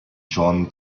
john